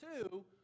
two